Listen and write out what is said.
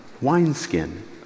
wineskin